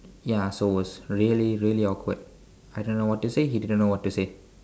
ya so it was really really awkward I don't know what to say he didn't know what to say